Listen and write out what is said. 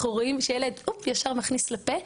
אנחנו רואים שילד הופ ישר מכניס לפה,